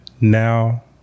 now